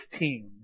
16